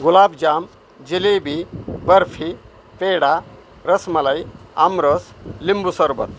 गुलाबजाम जिलेबी बर्फी पेडा रसमलाई आमरस लिंबू सरबत